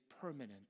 permanent